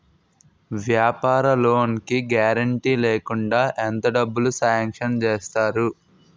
వ్యాపార లోన్ కి గారంటే లేకుండా ఎంత డబ్బులు సాంక్షన్ చేస్తారు?